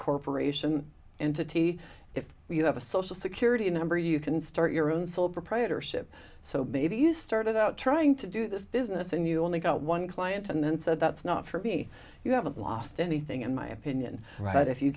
corporation entity if you have a social security number you can start your own sole proprietorship so maybe you started out trying to do this business and you only got one client and then said that's not for me you haven't lost anything in my opinion but if you